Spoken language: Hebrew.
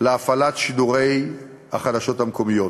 להפעלת שידורי החדשות המקומיות.